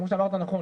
כי כמו שאמרת נכון,